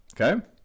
Okay